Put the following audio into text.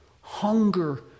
hunger